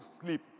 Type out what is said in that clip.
sleep